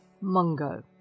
Mungo